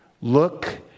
Look